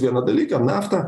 vieną dalyką naftą